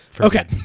Okay